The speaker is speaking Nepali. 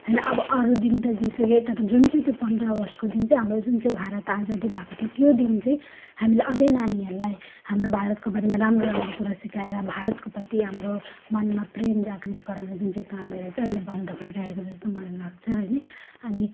होइन अब अरू दिन त जेसुकै तर जुन चाहिँ त्यो पन्ध्र अगस्तको दिन चाहिँ हाम्रो जुन चाहिँ भारत आजादी भएको थियो त्यो दिन चाहिँ हामीले अझै नानीहरूलाई हाम्रो भारतको बारेमा राम्रो राम्रो कुरा सिकाएर भारतको प्रति हाम्रो मनमा प्रेम जागृत गराउने जुन चाहिँ कामहरू चाहिँ अहिले बन्द भइरहेको जस्तो मलाई लाग्छ अहिले अनि